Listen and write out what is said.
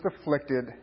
afflicted